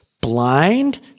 blind